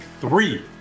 three